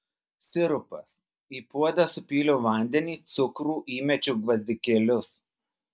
sirupas į puodą supyliau vandenį cukrų įmečiau gvazdikėlius